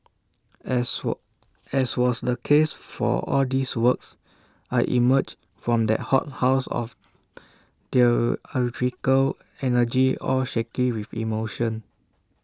as were as was the case for all these works I emerged from that hothouse of theatrical energy all shaky with emotion